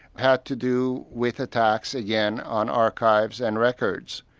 had to do with attacks again, on archives and records.